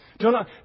Jonah